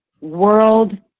world